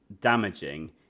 damaging